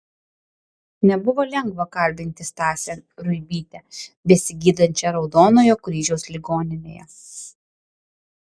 nebuvo lengva kalbinti stasę ruibytę besigydančią raudonojo kryžiaus ligoninėje